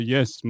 Yes